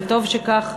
וטוב שכך,